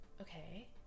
okay